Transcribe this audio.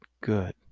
good